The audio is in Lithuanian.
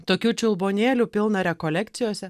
tokių čiulbuonėlių pilna rekolekcijose